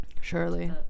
surely